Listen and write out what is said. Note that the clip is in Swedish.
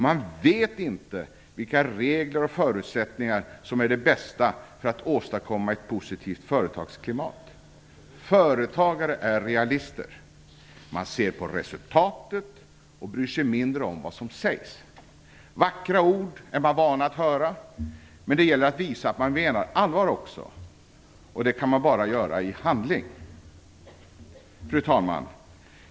Man vet inte vilka regler och förutsättningar som är de bästa för att åstadkomma ett positivt företagsklimat. Företagare är realister. De ser på resultatet och bryr sig mindre om vad som sägs. Vackra ord är de vana att höra. Men det gäller för socialdemokraterna att visa att man menar allvar också, och det kan man bara göra i handling! Fru talman!